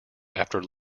after